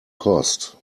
cost